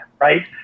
right